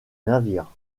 navires